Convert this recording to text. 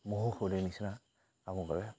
মহৌষধিৰ নিচিনা আমাৰ বাবে